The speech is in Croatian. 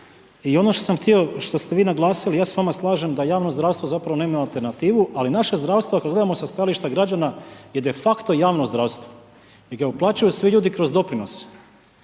i ono što ste vi naglasili, ja se s vama slažem da javno zdravstvo zapravo nema alternativu ali naša zdravstva ako gledamo sa stajališta građana je de facto javno zdravstvo jer ga plaćaju svi ljudi kroz doprinose.